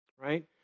right